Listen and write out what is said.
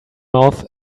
mouth